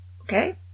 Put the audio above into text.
Okay